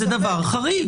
זה דבר חריג.